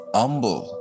humble